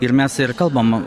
ir mes ir kalbam